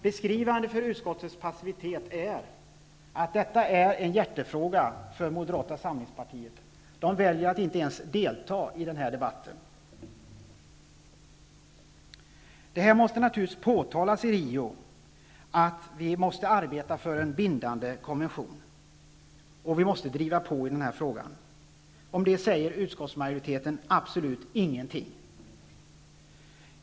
Beskrivande för utskottets passivitet är enligt min uppfattning att Moderata samlingspartiet, som har detta som en hjärtefråga, väljer att inte ens delta i debatten. Det är naturligtvis nödvändigt att i Rio påpeka att vi måste arbeta för en bindande konvention, och vi måste driva på i den här frågan. Om detta säger utskottsmajoriteten absolut ingenting.